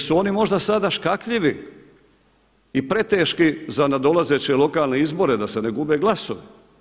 Jesu oni možda sada škakljivi i preteški za nadolazeće lokalne izbore da se ne gube glasovi?